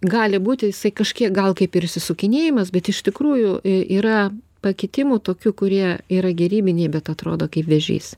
gali būti jisai kažkiek gal kaip ir išsisukinėjimas bet iš tikrųjų yra pakitimų tokių kurie yra gerybiniai bet atrodo kaip vėžys